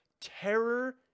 terror